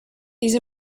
these